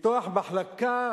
לפתוח מחלקה